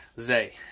Zay